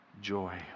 joy